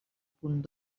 punt